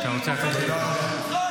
כי היא דופקת על השולחן,